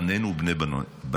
בנינו ובני בנינו.